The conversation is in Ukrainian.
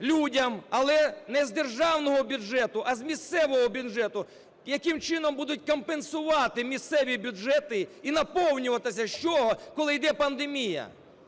людям, але не з державного бюджету, а з місцевого бюджету. Яким чином будуть компенсувати місцеві бюджети і наповнюватися з чого, коли йде пандемія?